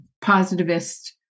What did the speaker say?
positivist